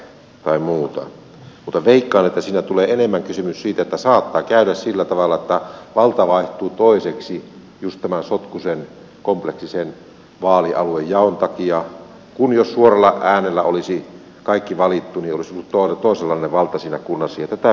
mutta veikkaan että siinä tulee enemmän kysymys siitä että saattaa käydä sillä tavalla että valta vaihtuu toiseksi just tämän sotkuisen kompleksisen vaalialuejaon takia toisin kuin jos suoralla äänellä olisi kaikki valittu niin olisi ollut toisenlainen valta siinä kunnassa ja tätä pitää minun mielestäni varoa